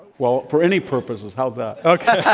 well, for any purposes. how's that? okay.